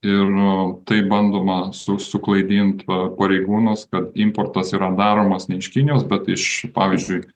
ir tai bandoma su suklaidint pareigūnus kad importas yra daromas ne iš kinijos bet iš pavyzdžiui